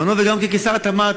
וגם כשר התמ"ת.